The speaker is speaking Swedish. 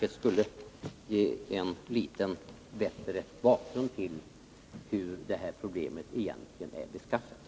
Den borde ge honom litet bättre insikt i hur problemet egentligen är beskaffat.